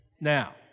Now